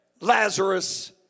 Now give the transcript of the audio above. Lazarus